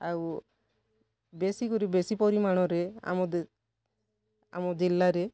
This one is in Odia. ଆଉ ବେଶିକରି ବେଶି ପରିମାଣରେ ଆମ ଦେ ଆମ ଜିଲ୍ଲାରେ